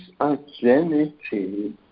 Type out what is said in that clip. identity